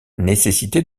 nécessité